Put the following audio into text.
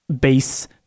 base